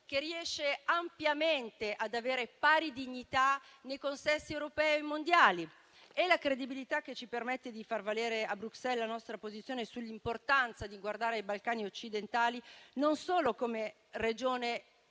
che riesce ampiamente ad avere pari dignità nei consessi europei e mondiali, nonché la credibilità che ci permette di far valere a Bruxelles la nostra posizione sull'importanza di guardare ai Balcani occidentali, non solo come regione